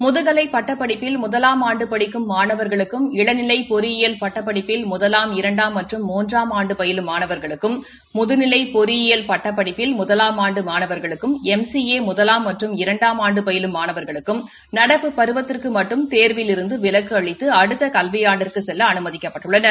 முதுகலை பட்டப்படிப்பில் முதலாம் ஆண்டு படிக்கும் மாணவா்களுக்கும் இளநிலை பொறியியல் பட்டப்படிப்பில் முதலாம் இரண்டாம் மற்றும் மூன்றாம் ஆண்டு பயிலும் மாணவர்களுக்கும் முதுநிலை பொறியியல் பட்டப்படிப்பில் முதலாம் ஆண்டு மாணவாகளுக்கும் எம் சி ஏ முதலாம் மற்றும் இரண்டாம் ஆண்டு பயிலும் மாணவாகளுக்கும் நடப்பு பருவத்திற்கு மட்டும் தேர்விலிருந்து விலக்கு அளித்து அடுத்த கல்வி ஆண்டிற்குச் செல்ல அனுமதிக்கப்பட்டுள்ளனர்